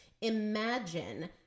imagine